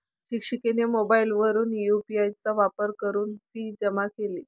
शिक्षिकेने मोबाईलवरून यू.पी.आय चा वापर करून फी जमा केली